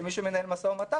כמי שמנהל משא-ומתן,